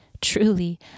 Truly